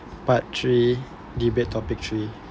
part three debate topic three